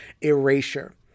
erasure